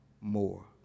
more